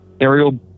aerial